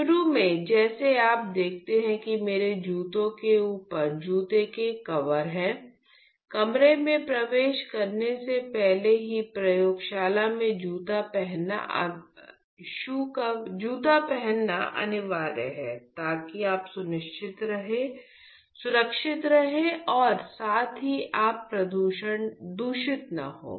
शुरू में जैसे आप देखते हैं कि मेरे जूतों के ऊपर जूतों के कवर हैं कमरे में प्रवेश करने से पहले भी प्रयोगशाला में जूते पहनना अनिवार्य है ताकि आप सुरक्षित रहें और साथ ही आप दूषित न हों